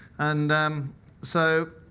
and um so